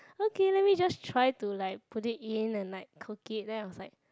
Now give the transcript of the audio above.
okay let me just try to like put it in and cook it then I was like